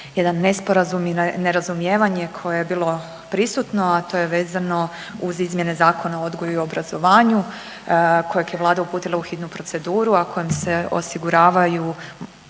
jedan nesporazum i nerazumijevanje koje je bilo prisutno, a to je vezano uz izmjene Zakona o odgoju i obrazovanju kojeg je Vlada uputila u hitnu proceduru, a kojim se osiguravaju